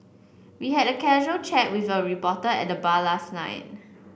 we had casual chat with a reporter at the bar last night